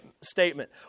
statement